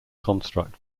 construct